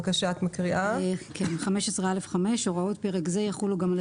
תקנה 15(א)(5): "הוראות פרק זה יחולו גם על